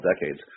decades